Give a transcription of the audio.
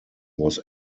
was